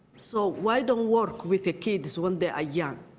so why don't work with the kids when they are young.